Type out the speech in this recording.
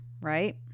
right